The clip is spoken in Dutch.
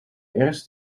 eerst